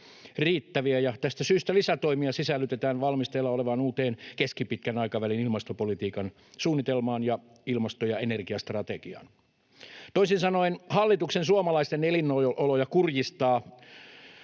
tästä syystä sisällytetään lisätoimia valmisteilla olevaan uuteen keskipitkän aikavälin ilmastopolitiikan suunnitelmaan ja ilmasto- ja energiastrategiaan. Toisin sanoen hallituksen suomalaisten elinoloja kurjistavaa